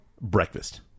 breakfast